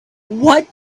what